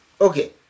Okay